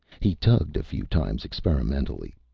he tugged a few times experimentally.